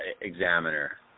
examiner